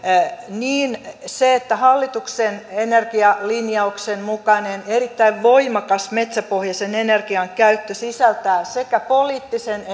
että hallituksen energialinjauksen mukainen erittäin voimakas metsäpohjaisen energian käyttö sisältää sekä poliittisen